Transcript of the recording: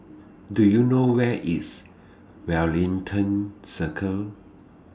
Do YOU know Where IS Wellington Circle